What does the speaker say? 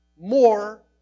more